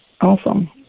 Awesome